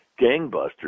gangbusters